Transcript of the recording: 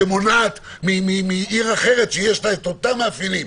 שמונעת מעיר אחרת שיש לה אותם מאפיינים,